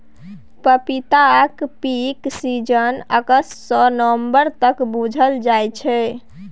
पपीताक peak season अगस्त सँ नबंबर तक बुझल जाइ छै